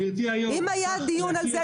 אם היה דיון על זה,